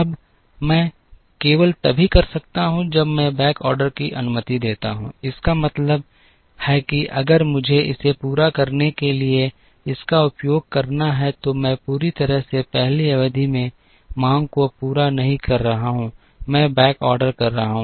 अब मैं केवल तभी कर सकता हूं जब मैं बैकऑर्डर की अनुमति देता हूं इसका मतलब है कि अगर मुझे इसे पूरा करने के लिए इसका उपयोग करना है तो मैं पूरी तरह से 1 अवधि में मांग को पूरा नहीं कर रहा हूं मैं बैक ऑर्डर कर रहा हूं